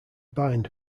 bind